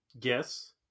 Yes